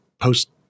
post